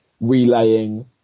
relaying